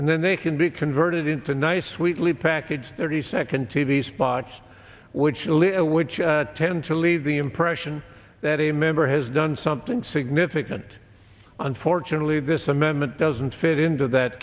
and then they can be converted into nice sweetly packaged thirty second t v spots which in libya which tend to leave the impression that a member has done something significant unfortunately this amendment doesn't fit into that